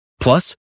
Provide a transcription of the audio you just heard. Plus